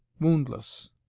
woundless